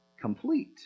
complete